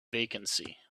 vacancy